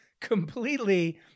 completely